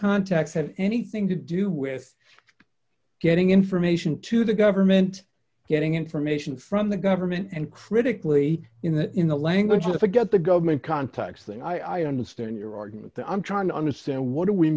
contacts have anything to do with getting information to the government getting information from the government and critically in the in the language of the forget the government contacts thing i understand your argument that i'm trying to understand what